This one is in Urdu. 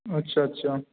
اچھا اچھا